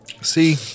See